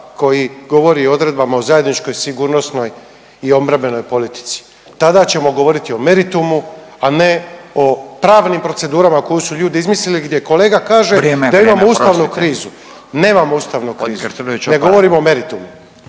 koji govori o odredbama o zajedničkoj, sigurnosnoj i obrambenoj politici. Tada ćemo govoriti o meritumu, a ne o pravnim procedurama koje su ljudi izmislili gdje kolega kaže… …/Upadica Radin: Vrijeme, vrijeme, oprostite/….